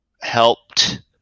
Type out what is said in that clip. helped